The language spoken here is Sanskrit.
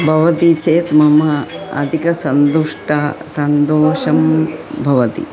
भवति चेत् मम अधिकसन्तुष्टा सन्तोषं भवति